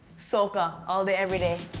soca. all day every day.